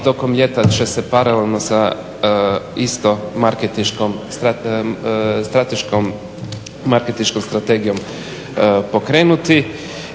tokom ljeta će se paralelno sa strateškom marketinškom strategijom pokrenuti.